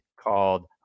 called